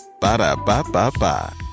Ba-da-ba-ba-ba